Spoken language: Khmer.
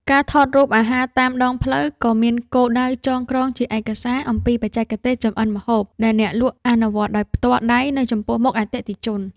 ការថតរូបអាហារតាមដងផ្លូវ ក៏មានគោលដៅចងក្រងជាឯកសារអំពីបច្ចេកទេសចម្អិនម្ហូបដែលអ្នកលក់អនុវត្តដោយផ្ទាល់ដៃនៅចំពោះមុខអតិថិជន។